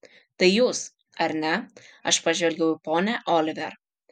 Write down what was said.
tai jūs ar ne aš pažvelgiau į ponią oliver